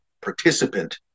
participant